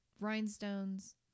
rhinestones